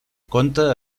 conte